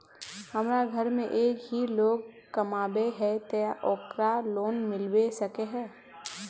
हमरा घर में एक ही लोग कमाबै है ते ओकरा लोन मिलबे सके है?